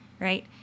right